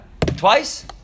Twice